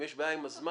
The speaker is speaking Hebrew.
אם יש בעיה עם הזמן,